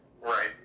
Right